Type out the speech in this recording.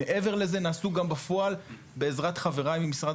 מעבר לזה נעשו גם בפועל בעזרת חבריי ממשרד